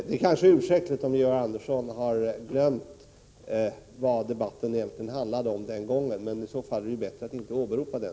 Det är ursäktligt om Georg Andersson har glömt vad debatten den gången handlade om, men i så fall är det bättre att inte åberopa den.